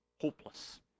hopeless